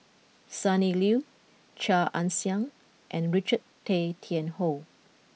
Sonny Liew Chia Ann Siang and Richard Tay Tian Hoe